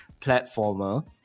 platformer